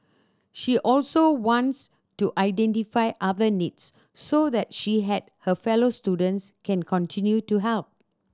she also wants to identify other needs so that she and her fellow students can continue to help